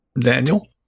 daniel